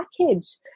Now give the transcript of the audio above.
package